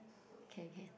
can can